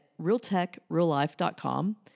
realtechreallife.com